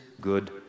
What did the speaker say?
good